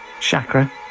Chakra